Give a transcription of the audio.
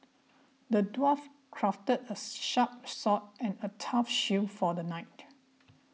the dwarf crafted a sharp sword and a tough shield for the knight